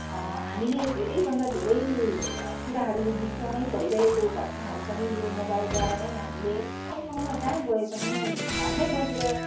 हामीले धेरैभन्दा धेरै कुराहरू विश्वमै भइरहेको घटनाहरू पनि यो मोबाइलद्वारा नै हामीले ठाउँ ठाउँमा जहाँ गए पनि घरमै बसेर